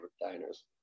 diners